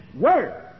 word